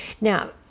Now